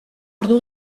ordu